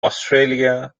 australia